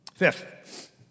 Fifth